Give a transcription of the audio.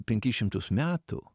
penkis šimtus metų